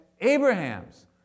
Abraham's